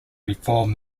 reform